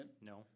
No